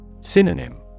Synonym